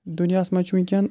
دُنیاہَس منٛز چھُ وٕنکؠن